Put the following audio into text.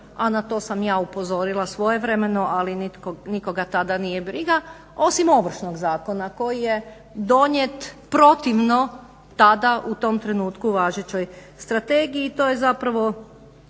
a na to sam ja upozorila svojevremeno ali nitko nikoga tada nije briga osim Ovršnog zakona koji je donijet protivno tada u tom trenutku važećoj strategiji i to je zapravo